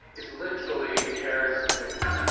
is literally hairs' width.